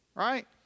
Right